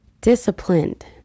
Disciplined